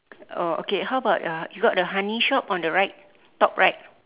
oh okay how about uh you got the honey shop on the right top right